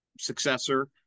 successor